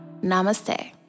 Namaste